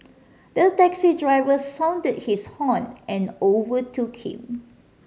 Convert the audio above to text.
the taxi driver sounded his horn and overtook him